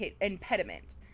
impediment